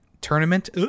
Tournament